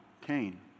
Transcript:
Cain